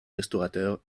restaurateurs